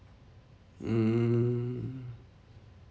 mm